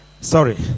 Sorry